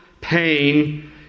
pain